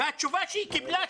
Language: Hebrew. התשובה שהיא קיבלה,